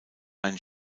einen